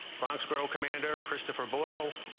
bronx borough commander christopher boyle